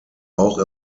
auch